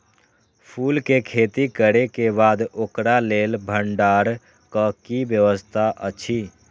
फूल के खेती करे के बाद ओकरा लेल भण्डार क कि व्यवस्था अछि?